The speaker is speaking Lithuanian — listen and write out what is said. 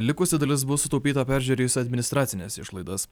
likusi dalis bus sutaupyta peržiūrėjus administracines išlaidas